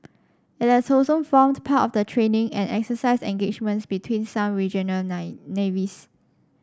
it has also formed part of the training and exercise engagements between some regional nine navies